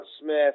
Smith